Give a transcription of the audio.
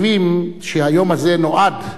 7 סגן שר הבריאות יעקב ליצמן: